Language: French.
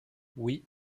oui